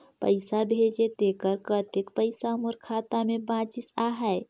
पइसा भेजे तेकर कतेक पइसा मोर खाता मे बाचिस आहाय?